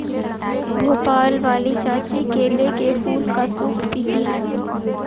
भोपाल वाली चाची केले के फूल का सूप पीती हैं